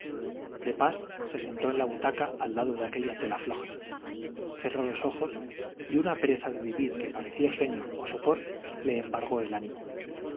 de pas se sentó en la butaca al lado de aquella tela floja cerró los ojos y una pereza de vivir que parecía sueño o sopor le embargó el ánimo